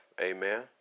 Amen